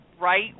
right